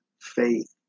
faith